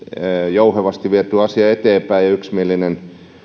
jouhevasti vietyä asia eteenpäin yksimielinen